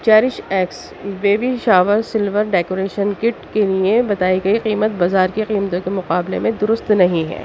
cherish X baby shower silver decoration kit کے لیے بتائی گئی قیمت بازار کی قیمتوں کے مقابلے میں درست نہیں ہے